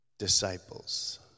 disciples